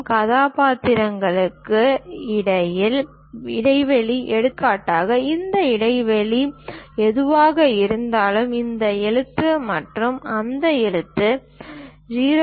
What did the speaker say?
கதாபாத்திரங்களுக்கு இடையில் இடைவெளி எடுத்துக்காட்டாக இந்த இடைவெளி எதுவாக இருந்தாலும் இந்த எழுத்து மற்றும் அந்த எழுத்து 0